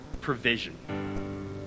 provision